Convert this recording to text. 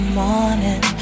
morning